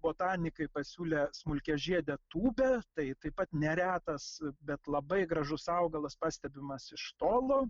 botanikai pasiūlė smulkiažiedę tūbę tai taip pat neretas bet labai gražus augalas pastebimas iš tolo